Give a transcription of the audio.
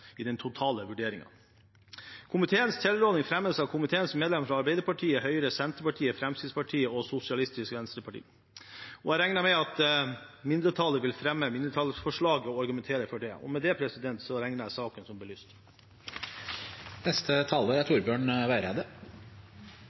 i den totale vurderingen. Komiteens tilråding fremmes av komiteens medlemmer fra Arbeiderpartiet, Høyre, Senterpartiet, Fremskrittspartiet og Sosialistisk Venstreparti. Jeg regner med at mindretallet vil fremme mindretallsforslaget og argumentere for det. Med det regner jeg saken som